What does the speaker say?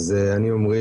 אני עמרי,